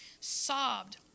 sobbed